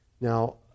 Now